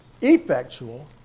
effectual